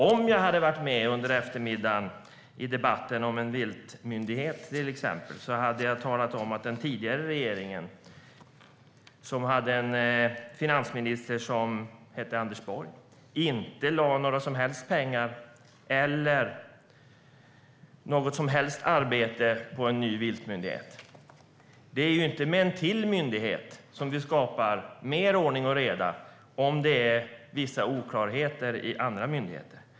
Om jag hade varit med i debatten under eftermiddagen om till exempel en viltmyndighet hade jag talat om att den tidigare regeringen, som hade en finansminister som hette Anders Borg, inte lade några som helst pengar eller något som helst arbete på en ny viltmyndighet. Det är inte med ytterligare en myndighet som vi skapar mer ordning och reda om det är vissa oklarheter i andra myndigheter.